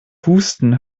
husten